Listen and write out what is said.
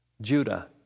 Judah